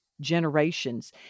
generations